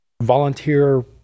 volunteer